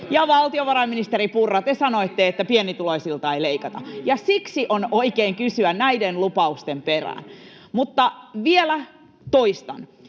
ja valtiovarainministeri Purra, te sanoitte, että pienituloisilta ei leikata. Siksi on oikein kysyä näiden lupausten perään. Mutta vielä toistan: